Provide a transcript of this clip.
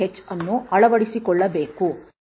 h ಅನ್ನು ಅಳವಡಿಸಿಕೊಳ್ಳಬೇಕು